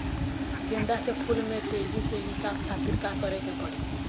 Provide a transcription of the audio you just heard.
गेंदा के फूल में तेजी से विकास खातिर का करे के पड़ी?